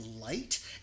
light